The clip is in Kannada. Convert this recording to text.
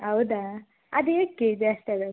ಹೌದಾ ಅದೇಕೆ ಜಾಸ್ತಿ ಆದದ್ದು